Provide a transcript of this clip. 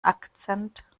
akzent